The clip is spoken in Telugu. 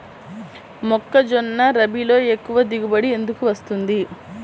మొక్కజొన్న రబీలో ఎక్కువ దిగుబడి ఎందుకు వస్తుంది?